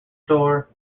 store